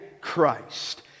Christ